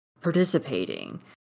participating